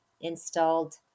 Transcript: installed